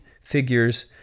figures